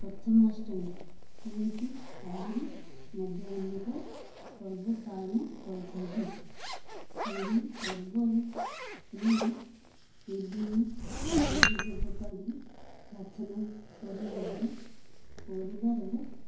ପ୍ରଥମାଷ୍ଟମୀ ଏମିତି ଆହୁରି ମଧ୍ୟ ଅନେକ ପର୍ବ ପାଳନ କରିଥାନ୍ତି ଏହି ପର୍ବରେ ସେମାନେ ବିଭିନ୍ନ ଦେବୀ ଦେବତାଙ୍କୁ ପ୍ରାର୍ଥନା କରି ନିଜ ପରିବାରର